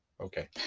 Okay